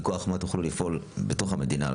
מכוח מה תוכלו לפעול בתוך המדינה?